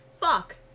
fuck